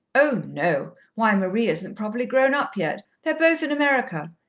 oh, no. why, marie isn't properly grown-up yet. they are both in america.